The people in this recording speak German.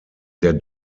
der